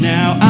Now